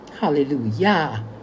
Hallelujah